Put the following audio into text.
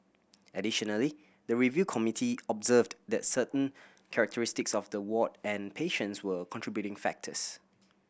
additionally the review committee observed that certain characteristics of the ward and patients were contributing factors